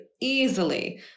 easily